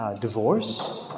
divorce